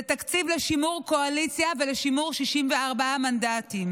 זה תקציב לשימור קואליציה ולשימור 64 מנדטים.